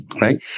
Right